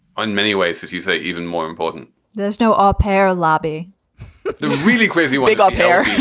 in many ways, as you say, even more important there's no ah apair lobby the really crazy wake up here is